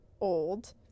old